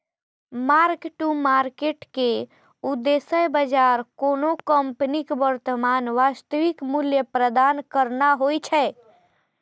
mark to market के उद्देश्य बाजार कोनो कंपनीक वर्तमान वास्तविक मूल्य प्रदान करना होइ छै